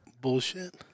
Bullshit